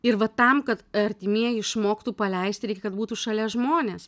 ir va tam kad artimieji išmoktų paleisti reikia kad būtų šalia žmonės